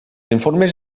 informes